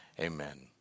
amen